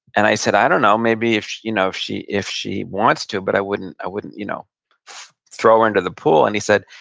and i said, i don't know. maybe if you know she if she wants to, but i wouldn't wouldn't you know throw her into the pool. and he said,